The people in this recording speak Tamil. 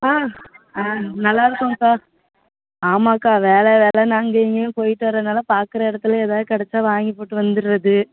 ஆ ஆ நல்லா இருக்கோங்க்கா ஆமாம்க்கா வேலை வேலைன்னு அங்கே இங்கேயும் போயிவிட்டு வரதுனால பார்க்குற இடத்துல எதா கிடச்சா வாங்கி போட்டு வந்துடுறது